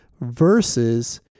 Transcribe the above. versus